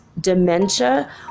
dementia